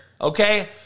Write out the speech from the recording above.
Okay